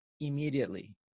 immediately